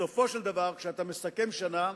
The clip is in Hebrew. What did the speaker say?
בסופו של דבר, כשאתה מסכם שנה,